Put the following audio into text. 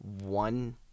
one